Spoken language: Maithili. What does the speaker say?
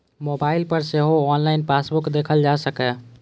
मोबाइल पर सेहो ऑनलाइन पासबुक देखल जा सकैए